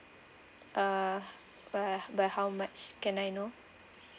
uh by by how much can I know